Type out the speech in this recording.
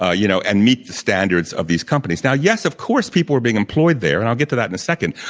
ah you know, and meet the standards of these companies. now, yes, of course, people were being employed there, and i'll get to that in a second.